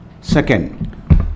Second